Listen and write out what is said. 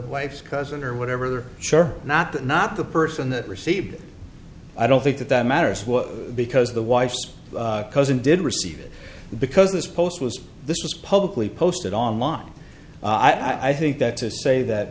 wife's cousin or whatever sure not that not the person that received it i don't think that that matters what because the wife's cousin did receive it because this post was this was publicly posted online i think that to say that